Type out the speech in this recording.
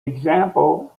example